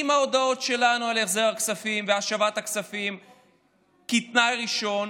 עם ההודעות שלנו על החזר הכספים והשבת הכספים כתנאי ראשון,